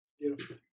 beautiful